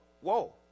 whoa